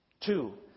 Two